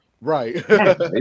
Right